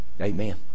Amen